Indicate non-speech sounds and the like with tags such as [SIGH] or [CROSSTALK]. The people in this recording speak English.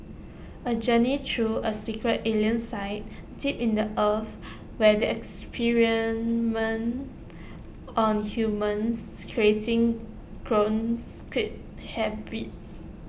A journey through A secret alien site deep in the earth where they experiment on humans creating [UNINTELLIGIBLE] hybrids